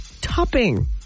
topping